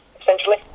essentially